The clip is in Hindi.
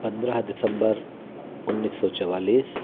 पंद्रह दिसम्बर उन्नीस सौ चौवालीस